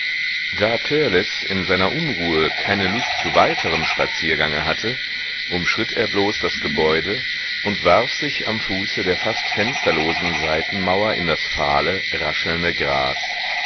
da törleß in seiner unruhe keine lust zu weiterem spaziergange hatte umschritt er bloß das gebäude und warf sich am fuße der fast fensterlosen seitenmauer in das fahle raschelnde gras